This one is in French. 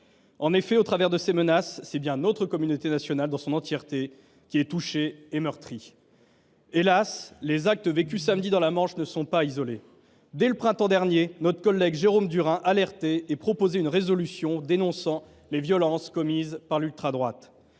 En effet, au travers de ces menaces, c’est bien notre communauté nationale, dans son entièreté, qui est touchée et meurtrie. Hélas ! les actes vécus samedi dans la Manche ne sont pas isolés. Dès le printemps dernier, notre collègue Jérôme Durain alertait et proposait une résolution dénonçant les violences commises par l’ultradroite.